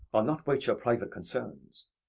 i'll not wait your private concerns.